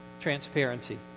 transparency